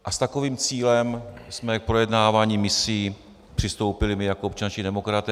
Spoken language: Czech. A s takovým cílem jsme k projednávání misí přistoupili my jako občanští demokraté.